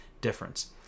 difference